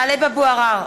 (קוראת בשמות חברי הכנסת) טלב אבו עראר,